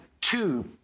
two